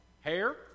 hair